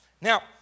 Now